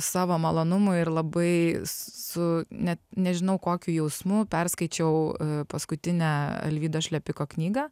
savo malonumui ir labai su net nežinau kokiu jausmu perskaičiau paskutinę alvydo šlepiko knygą